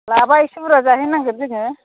लाबआ एसे बुरजा जाहैनांगोन जोङो